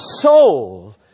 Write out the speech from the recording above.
soul